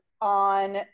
on